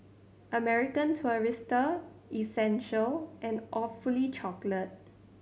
American Tourister Essential and Awfully Chocolate